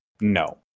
no